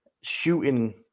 shooting